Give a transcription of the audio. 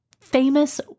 famous